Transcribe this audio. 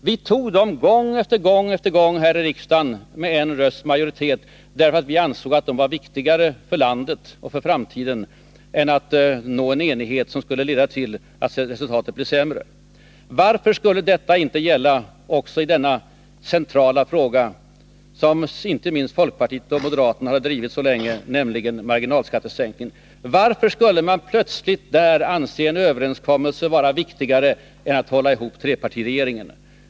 Vi fattade beslut om dessa gång efter gång här i riksdagen med en rösts majoritet, därför att vi ansåg dem vara viktigare för landet och för framtiden än uppnåendet av en enighet som skulle kunna leda till att resultatet blev sämre. Varför skulle detta inte gälla också i denna centrala fråga — som inte minst folkpartiet och moderaterna hade drivit så länge — som gäller marginalskattesänkningen? Varför skulle man plötsligt då anse att det var viktigare att nå en överenskommelse med socialdemokraterna än att hålla ihop trepartiregeringen?